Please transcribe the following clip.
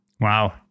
Wow